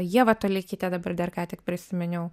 ievą toleikytę dabar dar ką tik prisiminiau